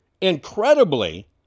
incredibly